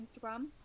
Instagram